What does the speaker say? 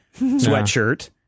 sweatshirt